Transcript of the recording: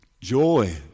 joy